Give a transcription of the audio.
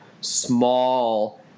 small